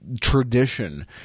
tradition